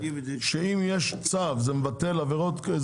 שאם יש צו זה מבטל עבירות,